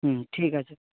হুম ঠিক আছে